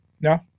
No